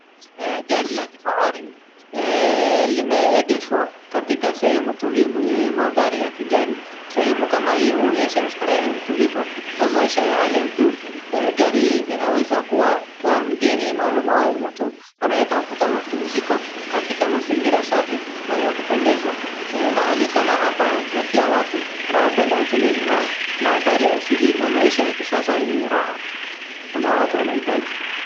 Gari la kifahari limeegeshwa katika sehemu tulivu yenye madhari ya kijani, sehemu kama hii uonyesha starehe ya utulivu na maisha ya hali ya juu gari linaweza kuwa la mgeni mahalumu au mtu anayetafuta mapumzuko katika mazigira safi na ya kupendeza, mahali kama hapa huvutia watu wanaopenda utulivu maadhari ya asili na maisha ya kisasa ni raha ambao watu wanaitaji.